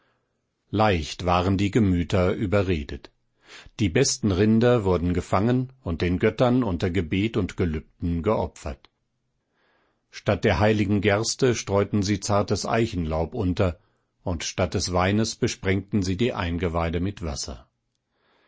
leicht waren die gemüter überredet die besten rinder wurden gefangen und den göttern unter gebet und gelübden geopfert statt der heiligen gerste streuten sie zartes eichenlaub unter und statt des weines besprengten sie die eingeweide mit wasser